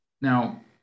Now